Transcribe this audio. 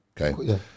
okay